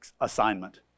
assignment